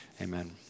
Amen